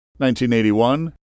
1981